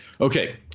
okay